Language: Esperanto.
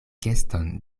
geston